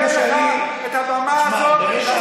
אנחנו לא ניתן לך את הבמה הזאת לשסות,